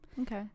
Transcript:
Okay